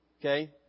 Okay